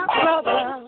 brother